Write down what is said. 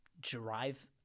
drive